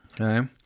Okay